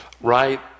right